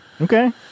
okay